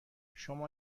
شما